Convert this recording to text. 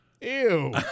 Ew